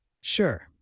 Sure